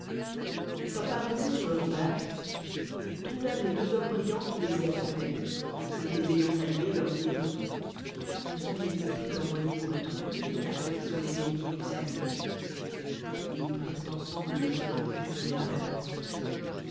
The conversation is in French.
parvenus sur le rivage ils trouvèrent les deux brillants qui les y auendoieut et qui les ayant salués leur direlt nous sommes les esprits envoyés pour être litiies à ceux qui sont les liéritirrs dit salut et ils prirent ensemble le oj